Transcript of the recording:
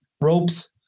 ropes